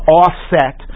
offset